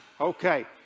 Okay